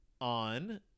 on